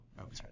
Okay